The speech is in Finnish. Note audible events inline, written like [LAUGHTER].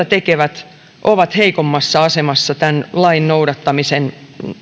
[UNINTELLIGIBLE] tekevät ovat heikommassa asemassa tämän lain noudattamisen